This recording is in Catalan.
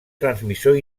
transmissor